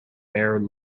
bare